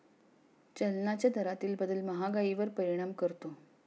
चलनाच्या दरातील बदल महागाईवर परिणाम करतो